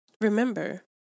Remember